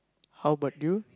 how about you